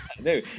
No